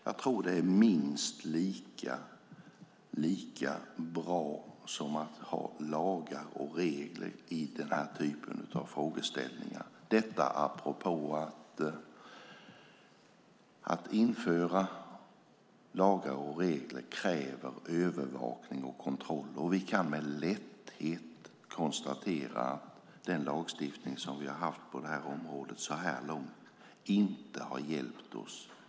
Jag tror att det är minst lika bra som att ha lagar och regler i denna typ av frågeställningar, detta apropå att införande av lagar och regler kräver övervakning och kontroll. Vi kan med lätthet konstatera att den lagstiftning som vi har haft på detta område så här långt inte har hjälpt oss.